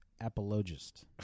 apologist